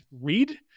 read